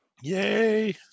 Yay